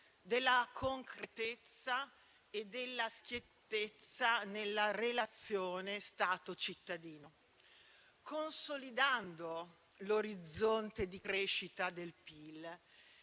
della concretezza e della schiettezza nella relazione Stato-cittadino, consolidando l'orizzonte di crescita del PIL